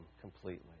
completely